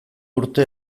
urte